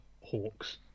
Hawks